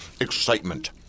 excitement